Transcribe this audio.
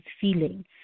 feeling